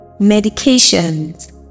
medications